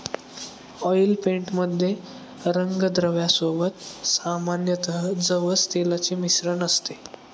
oil paint मध्ये रंगद्रव्या सोबत सामान्यतः जवस तेलाचे मिश्रण असते